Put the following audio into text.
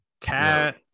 Cat